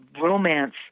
romance